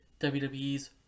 WWE's